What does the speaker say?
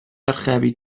archebu